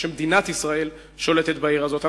שמדינת ישראל שולטת בעיר הזאת.